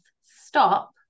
stop